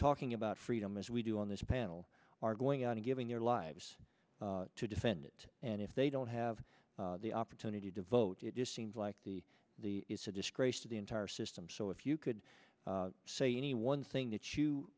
talking about freedom as we do on this panel are going out and giving their lives to defend it and if they don't have the opportunity to vote it just seems like the the it's a disgrace to the entire system so if you could say any one thing that you